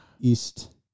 east